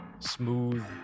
smooth